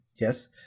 Yes